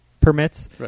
permits